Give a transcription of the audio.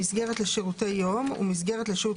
"מסגרת לשירותי יום" ו"מסגרת לשהות